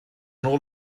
nôl